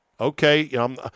okay